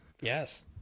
Yes